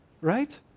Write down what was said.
right